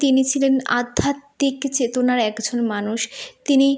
তিনি ছিলেন আধ্যাত্মিক চেতনার একজন মানুষ তিনি